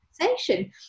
conversation